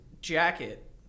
jacket